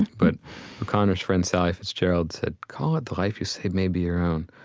but o'connor's friend, sally fitzgerald said, call it the life you save may be your own.